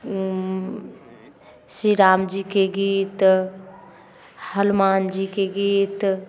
श्री रामजीके गीत हनुमानजीके गीत